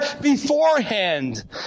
beforehand